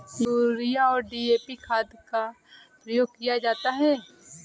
urea और DAP खाद का प्रयोग किया जाता है